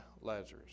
Lazarus